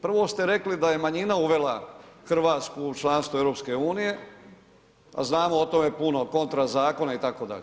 Prvo ste rekli da je manjina uvela Hrvatsku u članstvo EU, a znamo o tome puno kontra zakona itd.